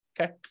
Okay